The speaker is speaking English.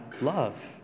love